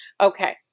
Okay